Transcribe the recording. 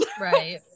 Right